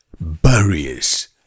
barriers